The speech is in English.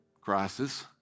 crisis